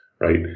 right